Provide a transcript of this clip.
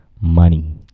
money